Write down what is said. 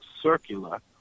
circular